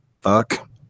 fuck